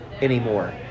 anymore